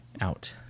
out